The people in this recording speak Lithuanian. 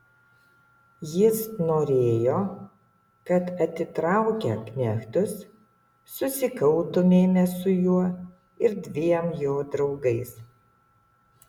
jis norėjo kad atitraukę knechtus susikautumėme su juo ir dviem jo draugais